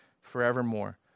forevermore